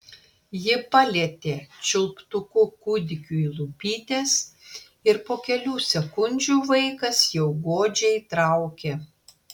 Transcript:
ji palietė čiulptuku kūdikiui lūpytes ir po kelių sekundžių vaikas jau godžiai traukė